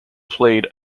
played